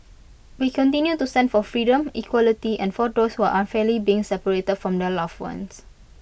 we continue to stand for freedom equality and for those who are unfairly being separated from their loved ones